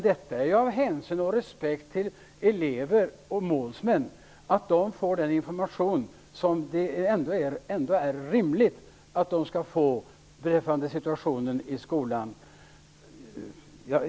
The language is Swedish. Det gör vi av hänsyn till och respekt för målsmän och elever, för att de skall få den information om situationen i skolan som trots allt är rimlig.